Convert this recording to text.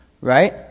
right